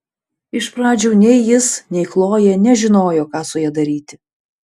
iš pradžių nei jis nei chlojė nežinojo ką su ja daryti